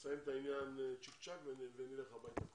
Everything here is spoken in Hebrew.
נסיים את העניין צ'יק צ'ק ונלך הביתה כולנו.